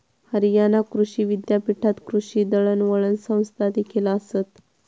हरियाणा कृषी विद्यापीठात कृषी दळणवळण संस्थादेखील आसत